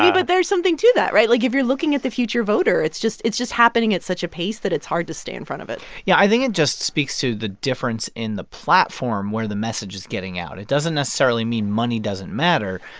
but there's something to that, right? like, if you're looking at the future voter, it's just it's just happening at such a pace that it's hard to stay in front of it yeah. i think it just speaks to the difference in the platform where the message is getting out. it doesn't necessarily mean money doesn't matter.